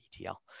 ETL